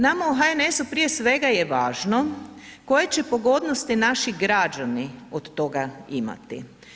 Nama u HNS-u prije svega je važno koje će pogodnosti naši građani od toga imati.